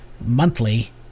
monthly